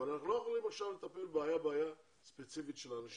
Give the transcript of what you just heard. אבל אנחנו לא יכולים עכשיו לטפל בבעיה בעיה של האנשים,